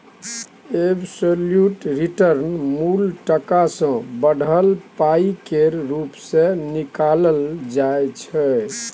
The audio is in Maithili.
एबसोल्युट रिटर्न मुल टका सँ बढ़ल पाइ केर रुप मे निकालल जाइ छै